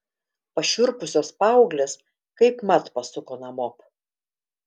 pašiurpusios paauglės kaipmat pasuko namop